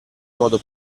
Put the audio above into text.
modo